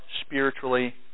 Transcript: spiritually